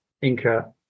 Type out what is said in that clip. Inca